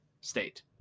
state